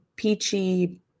Peachy